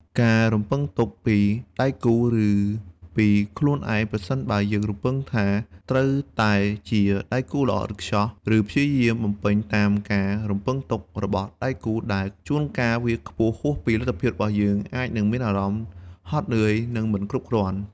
ការរំពឹងទុកពីដៃគូ ឬពីខ្លួនឯងប្រសិនបើយើងរំពឹងថាត្រូវតែជា "ដៃគូដ៏ល្អឥតខ្ចោះ" ឬព្យាយាមបំពេញតាមការរំពឹងទុករបស់ដៃគូដែលជួនកាលវាខ្ពស់ហួសពីលទ្ធភាពរបស់យើង អាចនឹងមានអារម្មណ៍ហត់នឿយ និងមិនគ្រប់គ្រាន់។